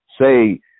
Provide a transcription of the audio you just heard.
say